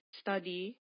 study